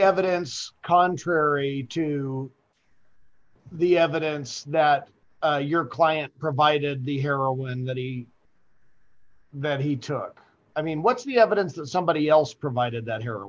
evidence contrary to the evidence that your client provided the heroin that he that he took i mean what's the evidence that somebody else provided that here